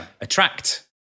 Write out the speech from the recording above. Attract